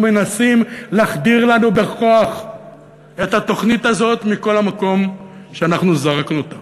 מנסים להחדיר לנו בכוח את התוכנית הזאת שאנחנו זרקנו מכל מקום.